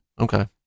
okay